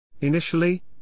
Initially